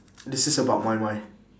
this is about my mind